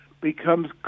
becomes